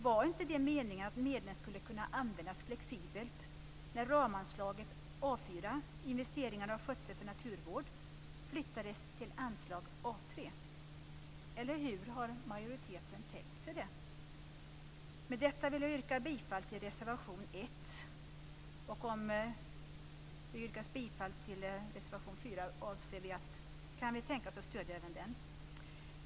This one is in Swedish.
Var inte det meningen att medlen skulle kunna användas flexibelt, när ramanslaget A 4 Investeringar och skötsel för naturvård flyttades till anslag A 3? Eller hur har majoriteten tänkt sig det? Med detta yrkar jag bifall till reservation 1. Om det yrkas bifall till reservation 4 kan vi tänka oss att stödja även den.